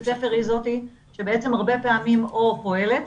הספר היא זאת שבעצם הרבה פעמים או פועלת